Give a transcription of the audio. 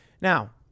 Now